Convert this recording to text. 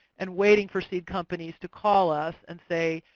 and waiting for seed companies to call us and say,